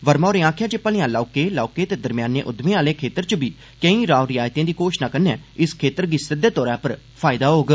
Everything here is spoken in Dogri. वर्मा होरें आखेआ जे भलेआं लौह्के लौह्के ते दरम्यानें उद्यमें आह्ले खेत्तर च बी केईं राव रिवायतें दी घोशणा कन्नै इस खेत्तर गी सिद्दे तौरा पर फायदा होग